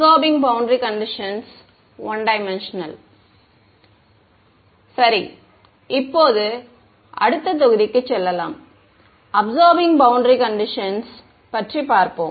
சரி இப்போது அடுத்த தொகுதிக்கு செல்லலாம் அபிசார்பிங் பௌண்டரி கண்டிஷன்ஸ் பற்றி பார்ப்போம்